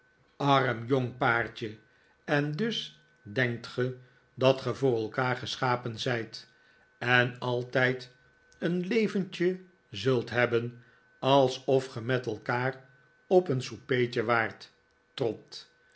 arm jong paartje en dus denkt ge dat ge een onrustige nacht voor elkaar geschapen zijt en altijd een leventje zult hebben alsof ge met elkaar op een soupertje waart trot